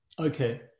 Okay